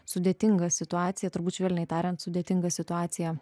sudėtingą situaciją turbūt švelniai tariant sudėtinga situacija